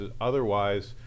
otherwise